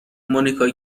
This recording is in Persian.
مونیکا